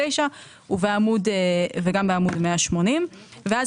אחרי זה את מגיעה לתחזית של 5.6. כלומר,